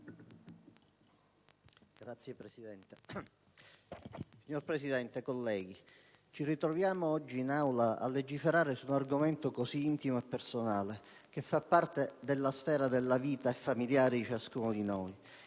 Signora Presidente, onorevoli colleghi, ci ritroviamo oggi in Aula a legiferare su un argomento così intimo e personale che fa parte della sfera di vita e familiare di ciascuno di noi,